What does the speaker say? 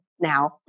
now